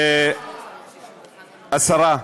השרה,